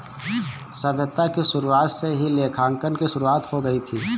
सभ्यता की शुरुआत से ही लेखांकन की शुरुआत हो गई थी